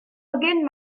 again